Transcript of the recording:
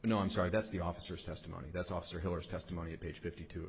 know i'm sorry that's the officers testimony that's officer hiller's testimony at page fifty two